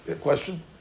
question